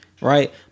Right